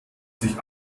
sich